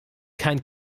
kein